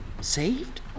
saved